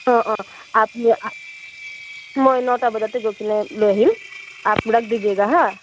অঁ অঁ আপ নে আপ মই নটা বজাতে গৈ পেলাই লৈ আহিম আপ ৰখ দিজিয়েগা হাঁ